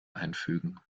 einfügen